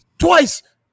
Twice